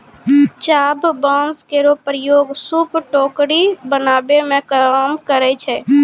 चाभ बांस केरो प्रयोग सूप, टोकरी बनावै मे काम करै छै